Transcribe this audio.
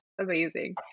amazing